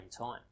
time